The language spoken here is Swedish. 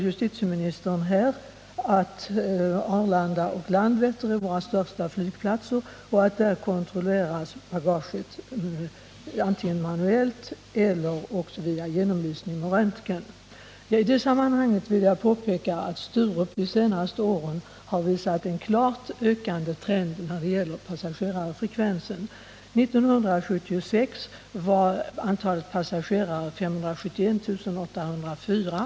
Justitieministern säger vidare beträffande kontrollen av handbagaget att denna sker antingen manuellt eller, såsom fallet är på Arlanda och Landvetter —- våra två största flygplatser — med hjälp av en röntgenapparat. I det sammanhanget vill jag påpeka att Sturup de senaste åren har visat en klart ökande trend när det gäller passagerarfrekvensen. 1976 var antalet passagerare 571 804.